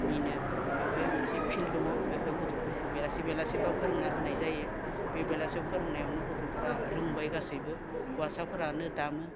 निनो बेवहाय मोनसे फिल्ड दङ बेवहाय गथ'फोरखौ बेलासि बेलासिबा फोरोंना होनाय जायो बे बेलासियाव फोरोंनायावनो गथ'फोरा रोंबाय गासैबो हौवासाफोरानो दामो